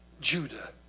Judah